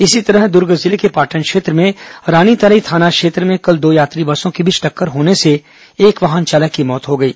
इसी तरह दुर्ग जिले के पाटन क्षेत्र में रानीतराई थाना क्षेत्र में कल दो यात्री बसों के बीच टक्कर होने से एक वाहन चालक की मौत हो गई